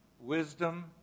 wisdom